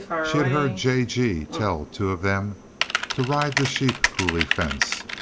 she had heard j. g. tell two of them to ride the sheep coulee fence,